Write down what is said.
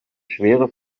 schwere